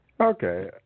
Okay